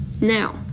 Now